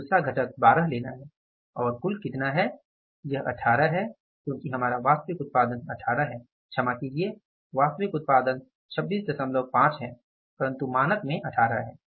हमें दूसरा घटक 12 लेना है और कुल कितना है यह 18 है क्योकि हमारा वास्तविक उत्पादन 18 है क्षमा कीजिये वास्तविक उत्पादन 265 है परन्तु मानक में 18 है